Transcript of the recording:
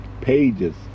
pages